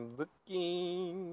looking